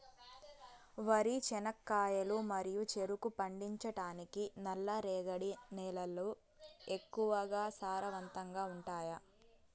వరి, చెనక్కాయలు మరియు చెరుకు పండించటానికి నల్లరేగడి నేలలు ఎక్కువగా సారవంతంగా ఉంటాయా?